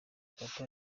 papa